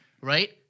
Right